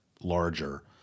larger